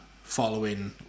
following